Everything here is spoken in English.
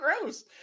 gross